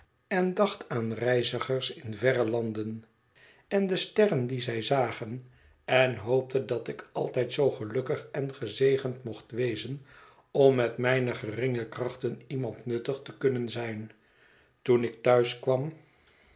en dacht aan reizigers in verre landen en de sterren die zij zagen en hoopte dat ik altijd zoo gelukkig en gezegend mocht wezen om met mijne geringe krachten iemand nuttig te kunnen zijn toen ik